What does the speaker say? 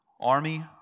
army